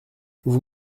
vous